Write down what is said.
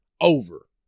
over